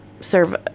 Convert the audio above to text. serve